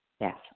Yes